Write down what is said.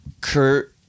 Kurt